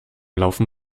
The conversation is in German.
laufen